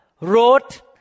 wrote